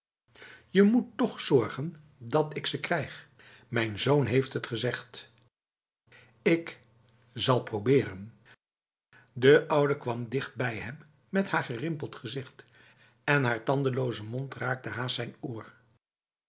je moet toch zorgen dat ik ze krijg mijn zoon heeft het gezegd lk zal proberen de oude kwam dichtbij hem met haar gerimpeld gezicht en haar tandeloze mond raakte haast zijn oor